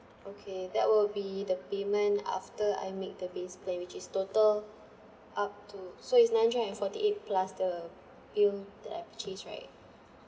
okay that will be the payment after I make the base plan which is total up to so it's nine hundred and forty eight plus the bill that I purchase right